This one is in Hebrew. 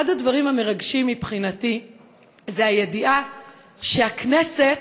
אחד הדברים המרגשים מבחינתי זה הידיעה שהכנסת,